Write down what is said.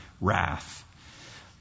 Wrath